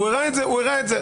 והוא הראה את זה.